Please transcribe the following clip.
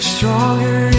Stronger